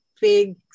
big